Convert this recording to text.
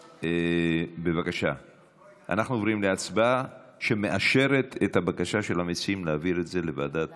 אנחנו עוברים להצבעה שמאשרת את הבקשה של המציעים להעביר את זה לוועדה